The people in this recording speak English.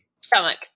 Stomach